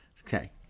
Okay